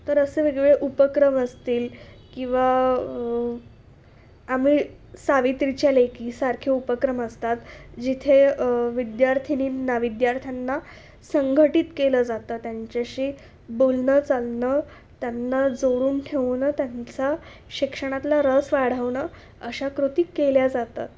तर असे वेगवेगळे उपक्रम असतील किंवा आम्ही सावित्रीच्या लेकी सारखे उपक्रम असतात जिथे विद्यार्थिनींना विद्यार्थ्यांना संघटित केलं जातं त्यांच्याशी बोलणं चालणं त्यांना जोडून ठेवणं त्यांचा शिक्षणातला रस वाढवणं अशा कृती केल्या जातात